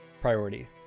priority